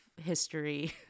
history